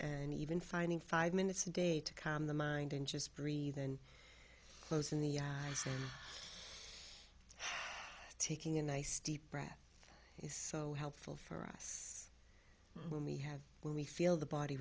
and even finding five minutes a day to calm the mind and just breathe and close in the taking a nice deep breath is so helpful for us when we have when we feel the body